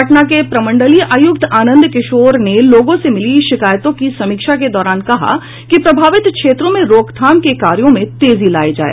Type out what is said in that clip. पटना के प्रमंडीय आयुक्त आनंद किशोर ने लोगों से मिली शिकायतों की समीक्षा के दौरान कहा कि प्रभावित क्षेत्रों में रोकथाम के कार्यों में तेजी लायी जाय